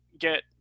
get